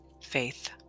faith